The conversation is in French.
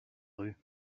rue